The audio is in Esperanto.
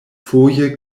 foje